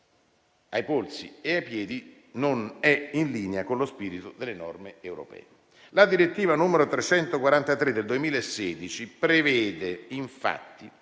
ai polsi e ai piedi non è in linea con lo spirito delle norme europee. La direttiva n. 343 del 2016 prevede, infatti,